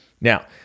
Now